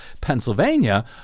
Pennsylvania